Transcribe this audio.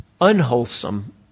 unwholesome